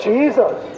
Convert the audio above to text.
Jesus